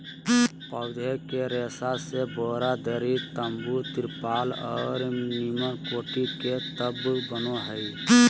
पौधे के रेशा से बोरा, दरी, तम्बू, तिरपाल और निम्नकोटि के तत्व बनो हइ